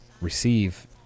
receive